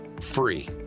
free